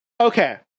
okay